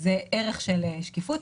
זה ערך של שקיפות,